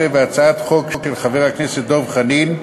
19), והצעת חוק של חבר הכנסת דב חנין,